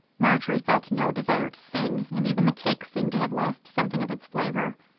marjory felt no desire to sing, and even the cake seemed to have lost something of its flavor.